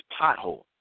pothole